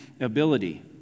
ability